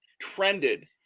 trended